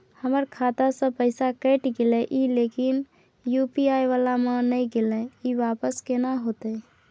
हमर खाता स पैसा कैट गेले इ लेकिन यु.पी.आई वाला म नय गेले इ वापस केना होतै?